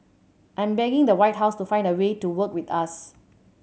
I'm begging the White House to find a way to work with us